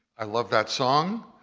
i love that song,